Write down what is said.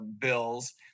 bills